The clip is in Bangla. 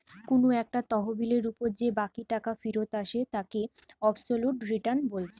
কুনু একটা তহবিলের উপর যে বাকি টাকা ফিরত আসে তাকে অবসোলুট রিটার্ন বলছে